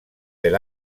del